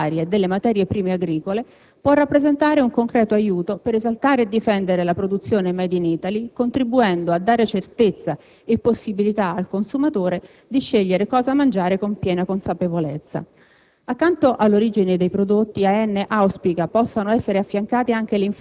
A tal fine ritiene che l'indicazione in etichetta dell'origine dei prodotti alimentari e delle materie prime agricole può rappresentare un concreto aiuto per esaltare e difendere la produzione *made in Italy*, contribuendo a dare certezza e possibilità al consumatore di scegliere cosa mangiare con piena consapevolezza.